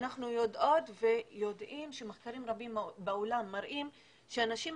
ואנחנו יודעות ויודעים ממחקרים רבים בעולם שמראים זאת אנשים,